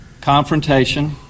confrontation